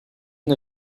une